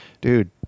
dude